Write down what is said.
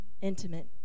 intimate